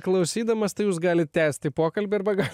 klausydamas tai jūs galit tęsti pokalbį arba galit